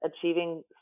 achieving